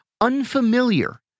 unfamiliar